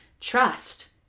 trust